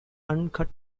uncut